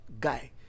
Guy